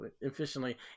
efficiently